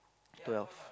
twelve